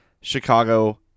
Chicago